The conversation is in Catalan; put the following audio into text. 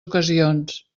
ocasions